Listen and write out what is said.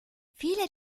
viele